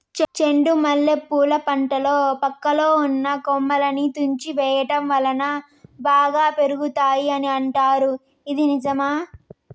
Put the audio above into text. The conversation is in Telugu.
చెండు మల్లె పూల పంటలో పక్కలో ఉన్న కొమ్మలని తుంచి వేయటం వలన బాగా పెరుగుతాయి అని అంటారు ఇది నిజమా?